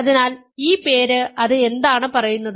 അതിനാൽ ഈ പേര് അത് എന്താണ് പറയുന്നത്